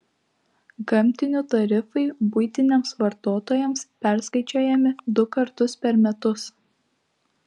gamtinių tarifai buitiniams vartotojams perskaičiuojami du kartus per metus